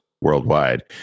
worldwide